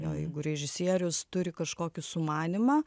o jeigu režisierius turi kažkokį sumanymą